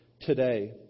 today